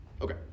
Okay